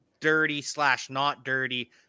dirty-slash-not-dirty